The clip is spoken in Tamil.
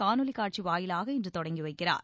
காணொலி காட்சி வாயிலாக இன்று தொடங்கி வைக்கிறார்